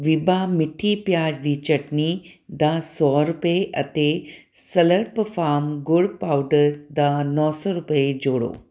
ਵੀਬਾ ਮਿੱਠੀ ਪਿਆਜ਼ ਦੀ ਚਟਣੀ ਦਾ ਸੌ ਰੁਪਏ ਅਤੇ ਸਲਰਪ ਫਾਰਮ ਗੁੜ ਪਾਊਡਰ ਦਾ ਨੌਂ ਸੌ ਰੁਪਏ ਜੋੜੋ